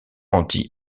anti